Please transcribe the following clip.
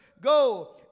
go